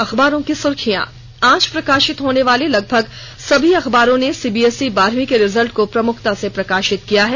अखबारों की सुर्खियां आज प्रकाशित होनेवाले लगभग सभी अखबारों ने सीबीएसई बारहवीं के रिजल्ट को प्रमुखता से प्रकाशित किया है